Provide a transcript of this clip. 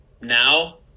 now